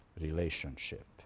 relationship